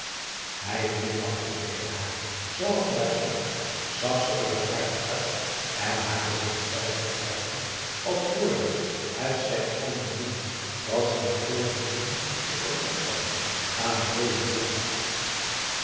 hij glimlachte tegen haar zooals ze daar stond zag ze er wel aardig uit en haar gezicht zei zoo duidelijk als woorden het slechts konden doen dat ze met veel genoegen zich verkocht zou zien aan den mooien toean saïd